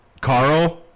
Carl